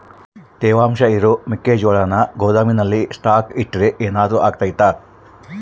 ತೇವಾಂಶ ಇರೋ ಮೆಕ್ಕೆಜೋಳನ ಗೋದಾಮಿನಲ್ಲಿ ಸ್ಟಾಕ್ ಇಟ್ರೆ ಏನಾದರೂ ಅಗ್ತೈತ?